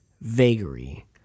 vagary